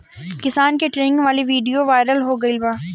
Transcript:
किसान के ट्रेनिंग वाला विडीओ वायरल हो गईल बा